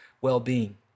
well-being